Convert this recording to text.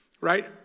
right